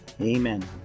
Amen